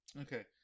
okay